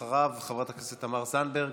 אחריו, חברת הכנסת תמר זנדברג,